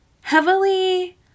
heavily